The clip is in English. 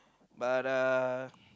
but uh